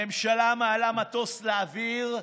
הממשלה מעלה מטוס לאוויר,